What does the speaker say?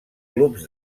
clubs